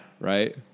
Right